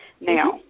Now